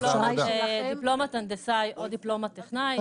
דיפלומת הנדסאי או דיפלומת טכנאי.